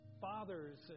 fathers